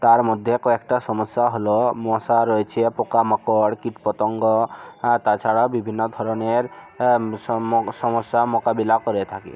তার মধ্যে কয়েকটা সমস্যা হলো মশা রয়েছে পোকা মাকড় কীট পতঙ্গ তাছাড়া বিভিন্ন ধরনের সমস্যা মোকাবিলা করে থাকি